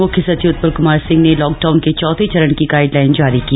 मुख्य सचिव उत्पल कुमार सिंह ने लॉकडाउन के चौथे चरण की गाइडलाइन जारी की